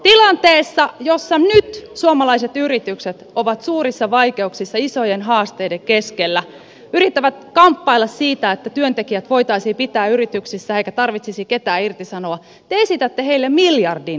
tilanteessa jossa nyt suomalaiset yritykset ovat suurissa vaikeuksissa isojen haasteiden keskellä yrittävät kamppailla siitä että työntekijät voitaisiin pitää yrityksissä eikä tarvitsisi ketään irtisanoa te esitätte heille miljardin lisälaskua